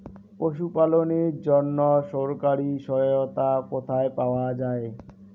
পশু পালনের জন্য সরকারি সহায়তা কোথায় পাওয়া যায়?